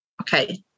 okay